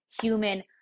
human